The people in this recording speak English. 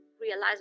realize